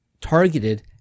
targeted